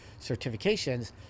certifications